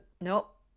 nope